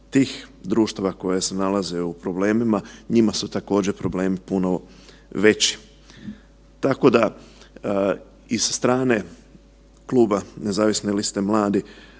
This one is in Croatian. tih društava koje se nalaze u problemima, njima su također problemi puno veći. Tako da i sa strane Kluba nezavisne liste mladih